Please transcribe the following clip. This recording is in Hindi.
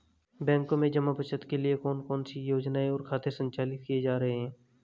बैंकों में जमा बचत के लिए कौन कौन सी योजनाएं और खाते संचालित किए जा रहे हैं?